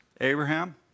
Abraham